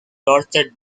tortured